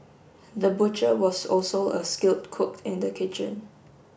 the butcher was also a skilled cook in the kitchen